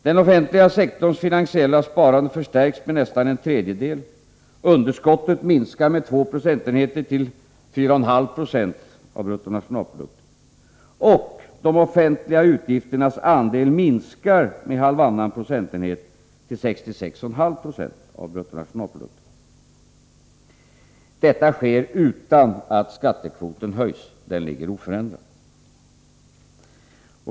Den offentliga sektorns finansiella sparande förstärks med nästan en tredjedel, underskottet minskar med 2 procentenheter till 4,5 70 av bruttonationalprodukten — och de offentliga utgifternas andel minskar med halvannan procentenhet, till 66,5 2o av bruttonationalprodukten. Detta sker utan att skattekvoten höjs, den ligger alltså oförändrad.